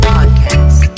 Podcast